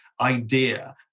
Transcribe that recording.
idea